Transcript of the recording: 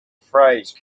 phrase